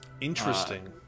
interesting